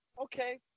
okay